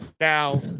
Now